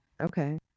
okay